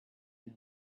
know